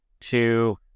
two